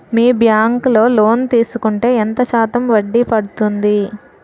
మీ bank లో loan తీసుకుంటే ఎంత శాతం వడ్డీ పడ్తుంది?